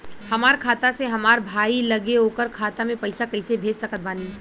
हमार खाता से हमार भाई लगे ओकर खाता मे पईसा कईसे भेज सकत बानी?